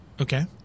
Okay